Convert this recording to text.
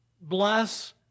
bless